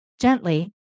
gently